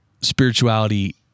spirituality